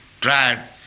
tried